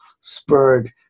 spurred